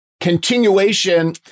continuation